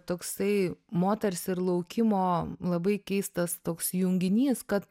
toksai moters ir laukimo labai keistas toks junginys kad